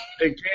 hey